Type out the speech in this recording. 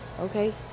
okay